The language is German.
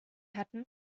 hatten